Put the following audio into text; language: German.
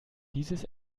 dieses